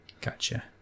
Gotcha